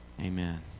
Amen